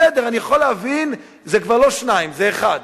בסדר, אני יכול להבין, זה כבר לא שניים, זה אחד,